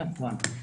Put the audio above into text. נכון.